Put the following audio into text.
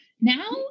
now